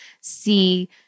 see